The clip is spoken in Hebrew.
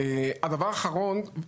הדבר האחרון,